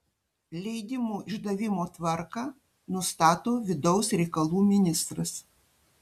leidimų išdavimo tvarką nustato vidaus reikalų ministras